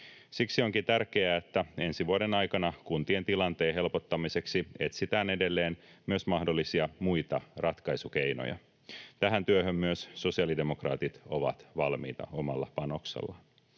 Siksi onkin tärkeää, että ensi vuoden aikana kuntien tilanteen helpottamiseksi etsitään edelleen myös mahdollisia muita ratkaisukeinoja. Tähän työhön myös sosiaalidemokraatit ovat valmiita omalla panoksellaan.